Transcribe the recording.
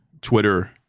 Twitter